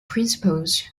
principles